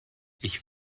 ich